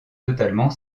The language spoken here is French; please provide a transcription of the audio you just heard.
totalement